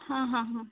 हां हां हां